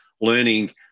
learning